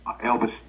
Elvis